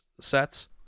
sets